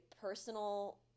personal